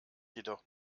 jedoch